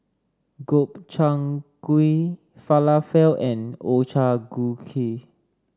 Gobchang Gui Falafel and Ochazuke